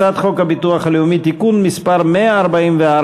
הצעת חוק הביטוח הלאומי (תיקון מס' 144),